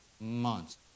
months